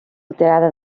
alterada